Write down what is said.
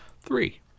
three